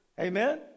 Amen